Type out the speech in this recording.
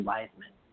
Wiseman